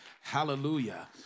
Hallelujah